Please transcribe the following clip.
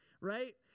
right